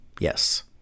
Yes